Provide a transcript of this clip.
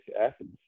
Athens